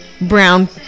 brown